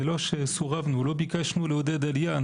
זה לא שסורבנו, לא ביקשנו לעודד עלייה.